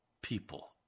people